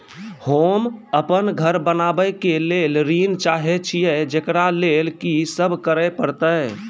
होम अपन घर बनाबै के लेल ऋण चाहे छिये, जेकरा लेल कि सब करें परतै?